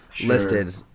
listed